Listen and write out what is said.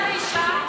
למה לא בעל ואישה?